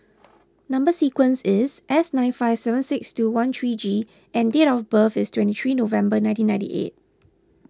Number Sequence is S nine five seven six two one three G and date of birth is twenty three November nineteen ninety eight